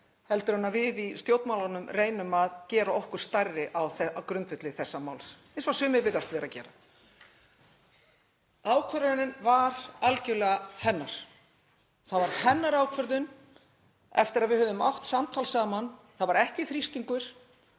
heldur en að við í stjórnmálunum reynum að gera okkur stærri á grundvelli þessa máls eins og sumir virðast vera að gera. Ákvörðunin var algerlega hennar. Það var hennar ákvörðun eftir að við höfðum átt samtal saman. Það var ekki þrýstingur,